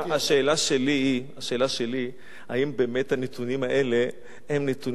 השאלה שלי היא האם באמת הנתונים האלה הם נתוני האמת.